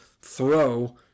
throw